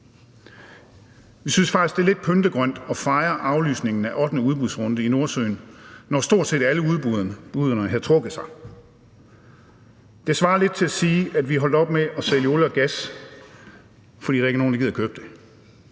Vi synes faktisk, det er lidt pyntegrønt at fejre aflysningen af ottende udbudsrunde i Nordsøen, når stort set alle ansøgerne havde trukket sig. Det svarer lidt til at sige, at vi holdt op med at sælge olie og gas, fordi der ikke er nogen, der